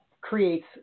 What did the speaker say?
creates